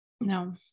No